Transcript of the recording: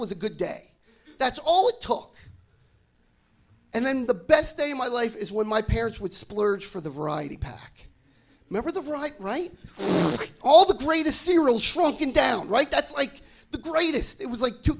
was a good day that's all it took and then the best day of my life is what my parents would splurge for the variety pack member the bright right all the greatest cereal shrunken down right that's like the greatest it was like